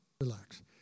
Relax